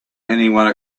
anyone